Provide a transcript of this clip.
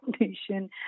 nation